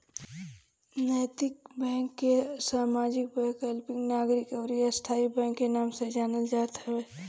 नैतिक बैंक के सामाजिक, वैकल्पिक, नागरिक अउरी स्थाई बैंक के नाम से जानल जात हवे